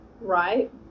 Right